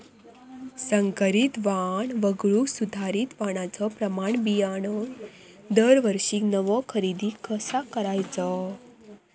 संकरित वाण वगळुक सुधारित वाणाचो प्रमाण बियाणे दरवर्षीक नवो खरेदी कसा करायचो?